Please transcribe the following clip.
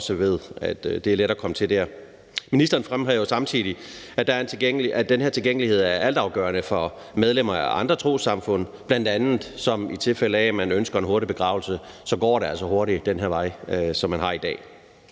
også ved: Det er let at komme til der. Ministeren fremhæver samtidig, at den her tilgængelighed er altafgørende for medlemmer af andre trossamfund, bl.a. i tilfælde af at man ønsker en hurtig begravelse. Der går det altså hurtigt ad den vej, som man har i dag.